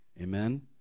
Amen